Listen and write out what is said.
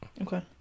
Okay